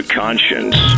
conscience